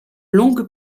longue